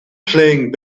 playing